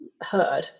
heard